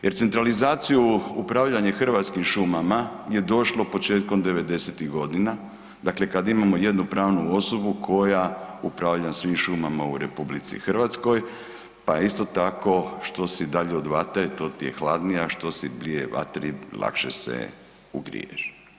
Jer centralizaciju upravljanje Hrvatskim šumama je došlo početkom '90.-tih godina, dakle kad imamo jednu pravnu osobu koja upravlja svim šumama u RH, pa isto tako što si dalje od vatre to ti je hladnije, a što si bliže vatri lakše se ugriješ.